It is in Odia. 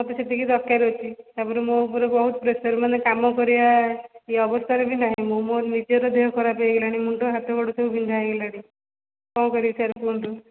ତାପରେ ସେତିକି ଦରକାର ଅଛି ତାପରେ ମୋ ଉପରେ ବହୁତ ପ୍ରେସର ମାନେ କାମ କରିବା ଏହି ଅବସ୍ଥାରେ ବି ନାହିଁ ମୁଁ ମୋର ନିଜର ଦେହ ଖରାପ ହେଇଗଲାଣି ମୁଣ୍ଡ ହାତ ଗୋଡ଼ ସବୁ ବିନ୍ଧା ହେଇଗଲାଣି କଣ କରିବି ସାର୍ କୁହନ୍ତୁ